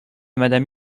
madame